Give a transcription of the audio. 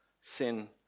sin